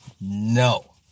No